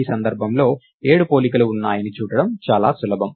ఈ సందర్భంలో 7 పోలికలు ఉన్నాయని చూడటం చాలా సులభం